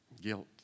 guilt